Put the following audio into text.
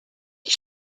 die